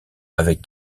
avec